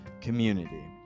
community